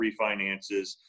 refinances